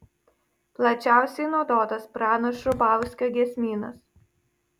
plačiausiai naudotas prano šrubauskio giesmynas